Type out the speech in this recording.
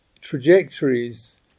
trajectories